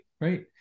Right